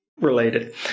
related